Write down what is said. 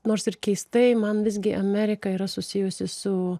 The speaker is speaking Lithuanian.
nors ir keistai man visgi amerika yra susijusi su